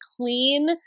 clean